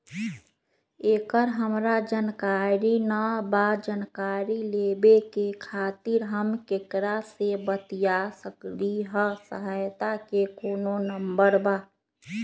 एकर हमरा जानकारी न बा जानकारी लेवे के खातिर हम केकरा से बातिया सकली ह सहायता के कोनो नंबर बा?